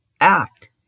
Act